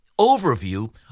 overview